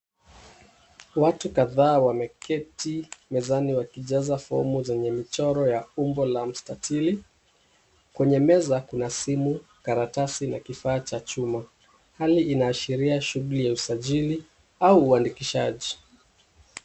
Watu kadhaa wameketi mezani wakijaza fomu zenye mchoro ya umbo la mstatili. Kwenye meza kuna simu, karatasi na kifaa cha chuma. Hali inaashiria shughuli ya usajili au uandikishaji.